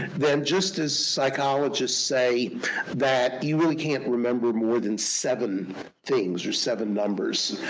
then just as psychologists say that you really can't remember more than seven things, or seven numbers,